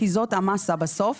כי זאת המסה בסוף.